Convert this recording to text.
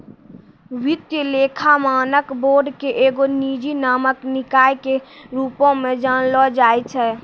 वित्तीय लेखा मानक बोर्ड के एगो निजी मानक निकाय के रुपो मे जानलो जाय छै